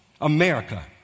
America